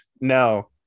No